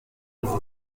gusa